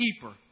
keeper